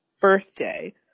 birthday